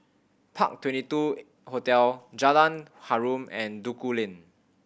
Park Twenty two Hotel Jalan Harum and Duku Lane